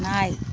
நாய்